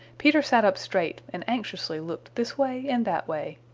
peter sat up straight and anxiously looked this way and that way.